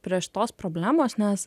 prie šitos problemos nes